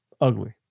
ugly